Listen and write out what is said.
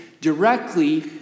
directly